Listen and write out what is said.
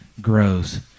grows